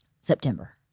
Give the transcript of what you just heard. September